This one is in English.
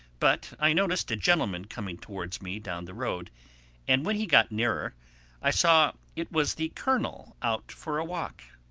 but i noticed a gentleman coming towards me down the road and when he got nearer i saw it was the colonel out for a walk.